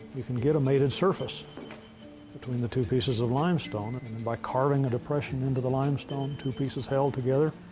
you can get a mated surface between the two pieces of limestone by carving a depression into the limestone, two pieces held together,